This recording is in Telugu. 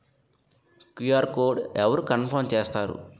క్యు.ఆర్ కోడ్ అవరు కన్ఫర్మ్ చేస్తారు?